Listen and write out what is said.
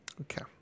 Okay